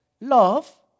Love